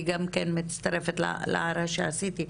היא גם כן מצטרפת להערה שהערתי.